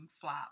flat